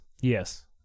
Yes